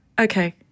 Okay